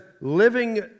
living